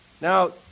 Now